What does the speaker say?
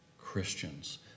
Christians